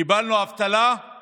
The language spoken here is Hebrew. קיבלנו אבטלה של